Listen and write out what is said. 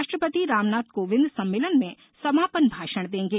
राष्ट्रपति रामनाथ कोविन्द सम्मेलन में समापन भाषण देंगे